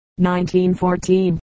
1914